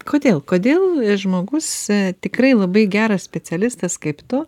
kodėl kodėl žmogus tikrai labai geras specialistas kaip tu